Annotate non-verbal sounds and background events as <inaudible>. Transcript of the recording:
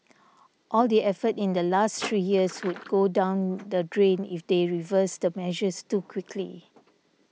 all the effort in the last three years <noise> would go down the drain if they reverse the measures too quickly